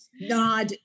nod